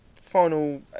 final